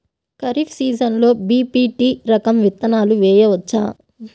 ఖరీఫ్ సీజన్లో బి.పీ.టీ రకం విత్తనాలు వేయవచ్చా?